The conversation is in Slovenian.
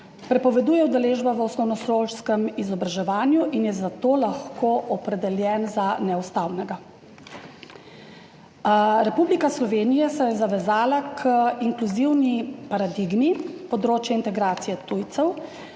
prepoveduje udeležba v osnovnošolskem izobraževanju in je zato lahko opredeljen za neustavnega. Republika Slovenija se je zavezala k inkluzivni paradigmi področja integracije tujcev,